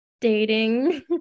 Dating